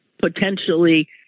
potentially